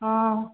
ହଁ